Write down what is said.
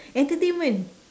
entertainment